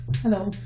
hello